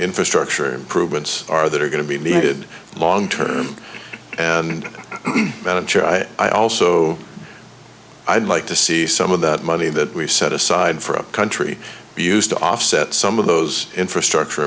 infrastructure improvements are that are going to be needed long term and i also i'd like to see some of that money that we set aside for a country be used to offset some of those infrastructure